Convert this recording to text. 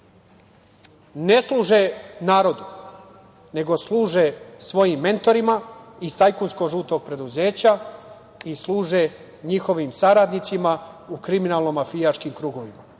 ne služe narodu, nego služe svojim mentorima iz tajkunskog žutog preduzeća i služe njihovim saradnicima u kriminalno mafijaškim krugovima. Nažalost,